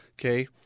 okay